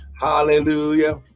Hallelujah